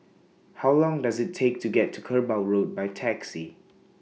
How Long Does IT Take to get to Kerbau Road By Taxi